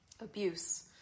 abuse